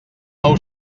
nou